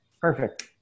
perfect